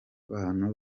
bantu